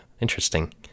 Interesting